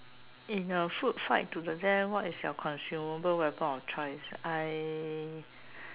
in a food fight to the death what is your consumable weapon of choice I